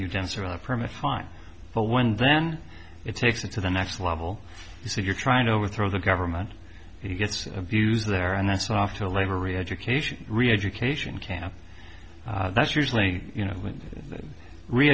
you dance around a permit fine but when then it takes it to the next level you say you're trying to overthrow the government he gets abuse there and that's off to labor reeducation reeducation camp that's usually you know re